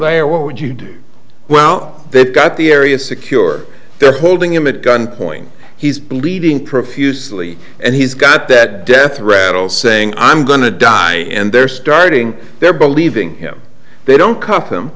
there what would you do well they've got the area secure they're holding him at gun point he's bleeding profusely and he's got that death rattle saying i'm going to die and they're starting they're believing him they don't c